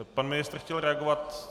Pan ministr chtěl reagovat?